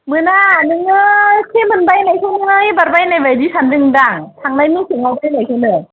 मोना नोङो सेमोन बायनायखौनो एबार बायनाय बायदि सानदों दां थांनाय मेसेंयाव बायनायखौनो